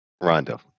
Rondo